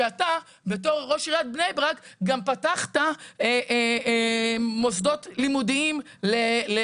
שאתה בתור ראש עיריית בני ברק גם פתחת מוסדות לימודיים לחרדיות.